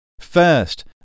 First